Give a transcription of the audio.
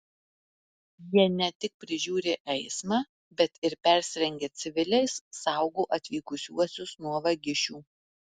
jie ne tik prižiūri eismą bet ir persirengę civiliais saugo atvykusiuosius nuo vagišių